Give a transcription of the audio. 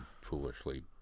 foolishly